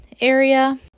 area